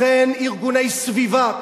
לכן ארגוני סביבה,